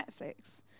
Netflix